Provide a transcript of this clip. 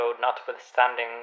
notwithstanding